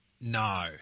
No